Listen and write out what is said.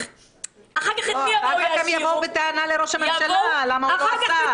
כך הם יבואו בטענה לראש הממשלה למה הוא לא עושה.